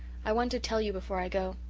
i want to tell you before i go.